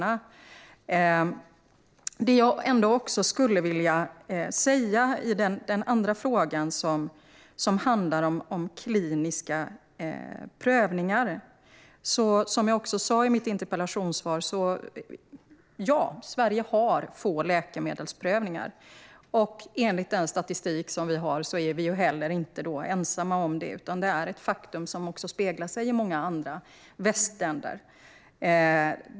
När det gäller frågan om kliniska prövningar skulle jag vilja återkomma till det som jag sa i mitt interpellationssvar. Ja, Sverige har få läkemedelsprövningar. Enligt statistiken är vi inte ensamma om detta, utan det är ett faktum också i många andra västländer.